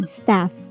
staff